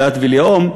דת ולאום,